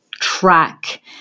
track